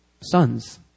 sons